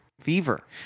fever